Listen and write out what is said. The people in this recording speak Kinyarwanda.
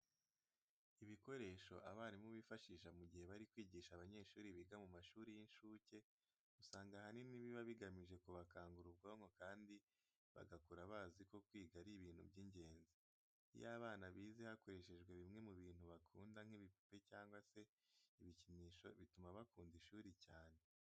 Ibikoresho abarimu bifashisha mu gihe bari kwigisha abanyeshuri biga mu mashuri y'incuke, usanga ahanini biba bigamije kubakangura ubwonko kandi bagakura bazi ko kwiga ari ibintu by'ingenzi. Iyo abana bize hakoreshejwe bimwe mu bintu bakunda nk'ibipupe cyangwa se ibikinisho bituma bakunda ishuri cyane.